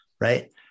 Right